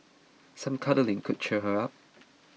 some cuddling could cheer her up